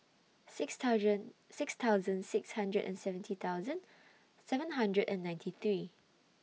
six thousand six thousand six hundred and seventy thousand seven hundred and ninety three